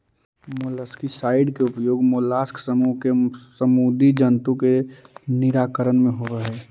molluscicide के उपयोग mollusc समूह के समुदी जन्तु के निराकरण में होवऽ हई